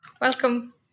Welcome